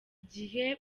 igihe